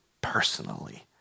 personally